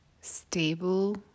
stable